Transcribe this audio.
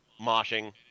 moshing